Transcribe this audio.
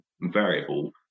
variable